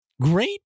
Great